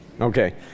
okay